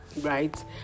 Right